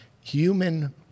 human